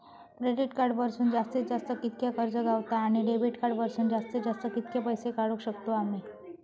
Credit card वरसून जास्तीत जास्त कितक्या कर्ज गावता, आणि डेबिट कार्ड वरसून जास्तीत जास्त कितके पैसे काढुक शकतू आम्ही?